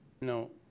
No